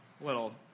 little –